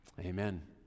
Amen